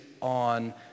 on